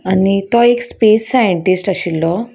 आनी तो एक स्पेस सायनटिस्ट आशिल्लो